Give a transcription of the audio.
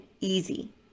easy